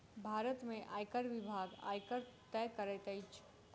भारत में आयकर विभाग, आयकर तय करैत अछि